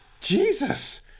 Jesus